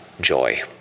joy